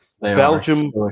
Belgium